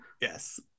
Yes